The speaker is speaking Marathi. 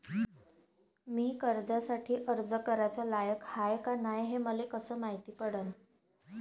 मी कर्जासाठी अर्ज कराचा लायक हाय का नाय हे मले कसं मायती पडन?